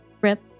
Rip